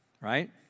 right